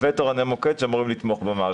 ותורני מוקד שאמורים לתמוך במערכת.